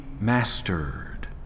mastered